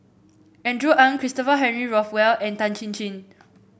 Andrew Ang Christopher Henry Rothwell and Tan Chin Chin